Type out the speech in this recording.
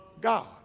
God